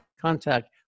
contact